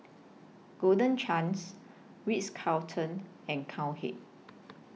Golden Chance Ritz Carlton and Cowhead